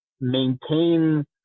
maintain